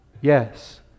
Yes